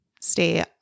stay